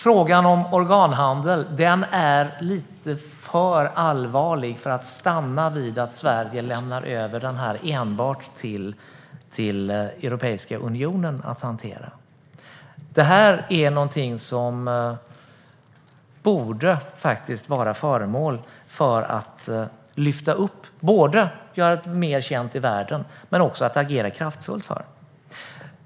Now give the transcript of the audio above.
Frågan om organhandel är lite för allvarlig för att stanna vid att Sverige lämnar över den enbart till Europeiska unionen att hantera. Detta borde man lyfta fram, göra mer känt i världen och agera kraftfullt för.